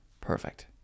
perfect